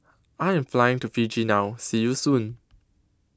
I Am Flying to Fiji now See YOU Soon